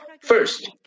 first